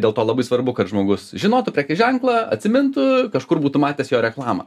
dėl to labai svarbu kad žmogus žinotų prekės ženklą atsimintų kažkur būtų matęs jo reklamą